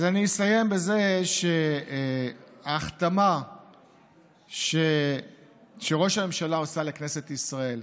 אז אני אסיים בזה שההכתמה שראש הממשלה עושה לכנסת ישראל,